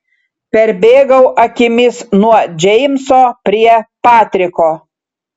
perbėgau akimis nuo džeimso prie patriko